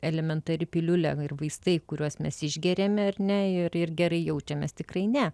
elementari piliulė va ir vaistai kuriuos mes išgeriame ar ne ir gerai jaučiamės tikrai ne